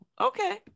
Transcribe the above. okay